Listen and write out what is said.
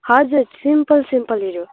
हजुर सिम्पल सिम्पलहरू